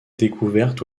découverte